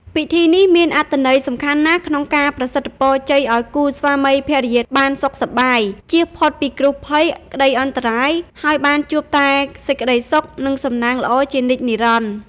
ពិធីនេះមានអត្ថន័យសំខាន់ណាស់ក្នុងការប្រសិទ្ធិពរជ័យឱ្យគូស្វាមីភរិយាបានសុខសប្បាយ ចៀសផុតពីគ្រោះភ័យ ក្តីអន្តរាយ ហើយបានជួបតែសេចក្តីសុខ និងសំណាងល្អជានិច្ចនិរន្តរ៍ ។